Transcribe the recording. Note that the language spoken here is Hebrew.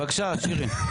בבקשה, שירי.